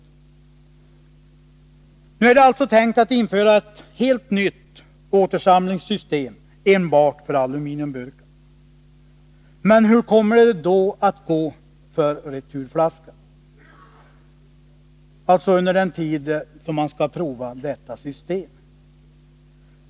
Det är alltså tänkt att man skall införa ett helt nytt återsamlingssystem enbart för aluminiumburkar. Men hur kommer det att gå för returflaskan under den tid man skall prova detta system?